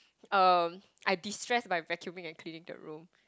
uh I destress by vacuuming and cleaning the room